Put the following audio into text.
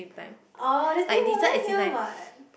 oh there's Tim-Ho-Wan here what